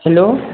hello